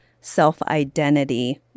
self-identity